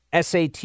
sat